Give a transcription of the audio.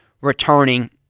returning